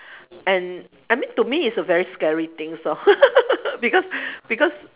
and I mean to me it's a very scary thing so because because